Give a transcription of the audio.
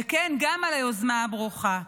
וכן גם על היוזמה הברוכה.